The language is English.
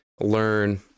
learn